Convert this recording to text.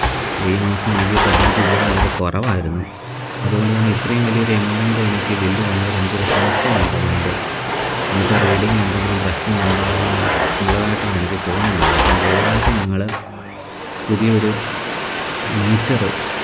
അപ്പോള് ഈ മാസം എനിക്ക് കരണ്ടിന്റെ ഉപയോഗം വളരെ കുറവായിരുന്നു അതുകൊണ്ടുതന്നെ ഇത്രയും വലിയൊരു എമൗണ്ടെനിക്ക് ബില്ല് വന്നതിലെനിക്കൊരു സംശയമുണ്ടപ്പോള് എന്റെ മീറ്റര് റീഡിങ്ങിലെന്തെങ്കിലും പ്രശ്നമുണ്ടതാണ് ഉള്ളതായിട്ടാണെനിക്ക് തോന്നുന്നത് അപ്പോള് ദയവായിട്ട് നിങ്ങള് പുതിയൊരു മീറ്റര്